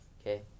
Okay